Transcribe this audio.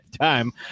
time